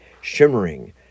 shimmering